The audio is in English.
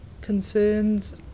concerns